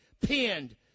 pinned